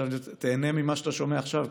תיהנה ממה שאתה שומע עכשיו,